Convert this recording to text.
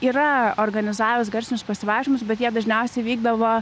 yra organizavęs garsinius pasivaikščiojimus bet jie dažniausiai vykdavo